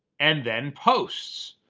and then posts.